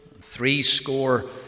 threescore